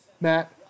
Matt